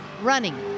running